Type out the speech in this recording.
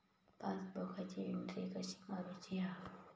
पासबुकाची एन्ट्री कशी मारुची हा?